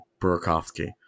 Burakovsky